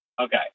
Okay